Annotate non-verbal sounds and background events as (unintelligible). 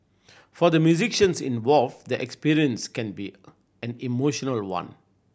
for the musicians involved the experience can be (unintelligible) an emotional one